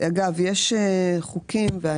כדי